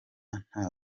nta